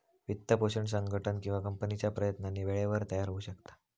वित्तपोषण संघटन किंवा कंपनीच्या प्रयत्नांनी वेळेवर तयार होऊ शकता